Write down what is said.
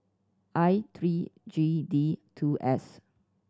I three G D two S